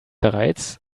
bereits